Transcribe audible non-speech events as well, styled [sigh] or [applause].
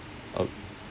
[noise]